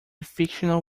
fictional